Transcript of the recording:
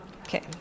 Okay